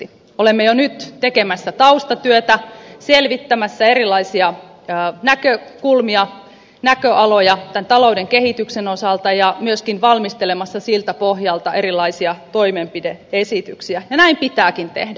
olemme jo nyt tekemässä taustatyötä selvittämässä erilaisia näkökulmia näköaloja tämän talouden kehityksen osalta ja myöskin valmistelemassa siltä pohjalta erilaisia toimenpide esityksiä ja näin pitääkin tehdä